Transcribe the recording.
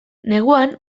neguan